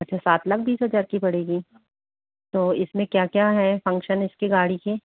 अच्छा सात लाख बीस हज़ार की पड़ेगी तो इसमें क्या क्या है फ़ंक्शन इसके गाड़ी के